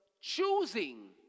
choosing